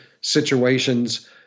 situations